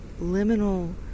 liminal